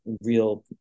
real